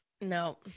no